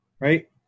right